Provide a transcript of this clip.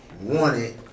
wanted